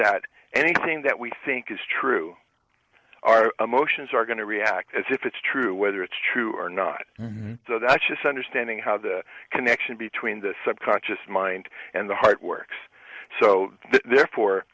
that anything that we think is true our emotions are going to react as if it's true whether it's true or not so that's just understanding how the connection between the subconscious mind and the heart works so therefore